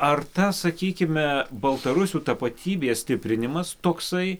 ar ta sakykime baltarusių tapatybės stiprinimas toksai